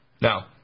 Now